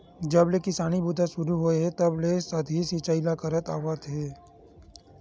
जब ले किसानी बूता सुरू होए हे तब ले सतही सिचई ल करत आवत हे